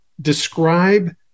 describe